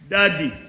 Daddy